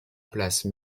place